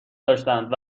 داشتند